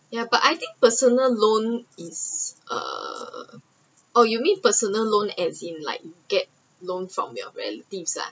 ya but I think personal loan is err or you mean personal loan as in like get loan from your relative ah